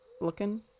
looking